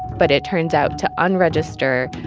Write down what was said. but it turns out, to unregister,